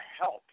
help